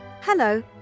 Hello